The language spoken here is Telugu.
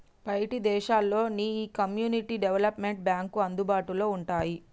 బయటి దేశాల్లో నీ ఈ కమ్యూనిటీ డెవలప్మెంట్ బాంక్లు అందుబాటులో వుంటాయి